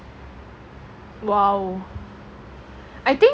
!wow!